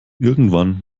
irgendwann